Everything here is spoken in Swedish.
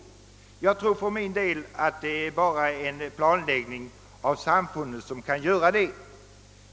Jeg tror for min del at det bare er en planlegging av samfunnet som kan gjöre det.